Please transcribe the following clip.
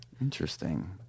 Interesting